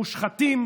מושחתים,